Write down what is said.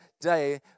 day